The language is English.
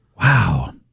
Wow